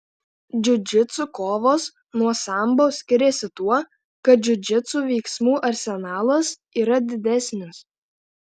džiudžitsu kovos nuo sambo skiriasi tuo kad džiudžitsu veiksmų arsenalas yra didesnis